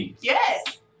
Yes